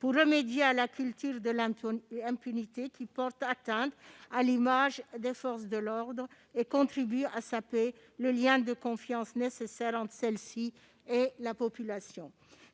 pour remédier à la culture de l'impunité, qui porte atteinte à l'image des forces de l'ordre et contribue à saper le lien de confiance nécessaire entre celles-ci et la population.